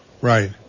Right